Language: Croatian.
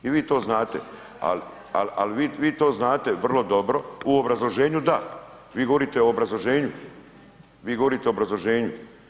I vi to znate …... [[Upadica se ne čuje.]] ali, vi to znate vrlo dobro, u obrazloženju da, vi govorite o obrazloženju, vi govorite o obrazloženju.